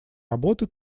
работы